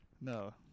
No